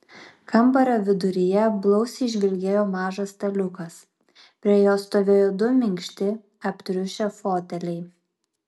kambario viduryje blausiai žvilgėjo mažas staliukas prie jo stovėjo du minkšti aptriušę foteliai